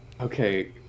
okay